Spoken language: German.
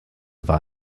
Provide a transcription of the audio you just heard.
war